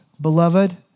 Beloved